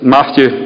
Matthew